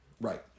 Right